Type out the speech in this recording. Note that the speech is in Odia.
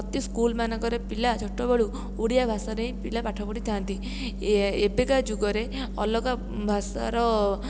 ପ୍ରତି ସ୍କୁଲ ମାନଙ୍କରେ ପିଲା ଛୋଟବେଳୁ ଓଡ଼ିଆ ଭାଷାରେ ହିଁ ପିଲା ପାଠ ପଢ଼ିଥାନ୍ତି ଏ ଏବେକା ଯୁଗରେ ଅଲଗା ଭାଷାର